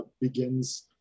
begins